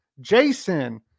jason